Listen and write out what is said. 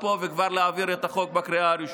לפה ולהעביר את החוק בקריאה הראשונה.